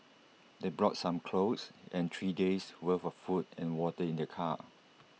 they brought some clothes and three days' worth of food and water in their car